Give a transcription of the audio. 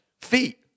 Feet